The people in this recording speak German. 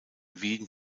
wien